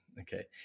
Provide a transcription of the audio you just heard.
okay